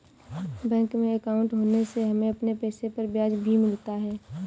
bank में अंकाउट होने से हमें अपने पैसे पर ब्याज भी मिलता है